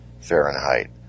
Fahrenheit